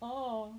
oh